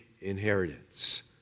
inheritance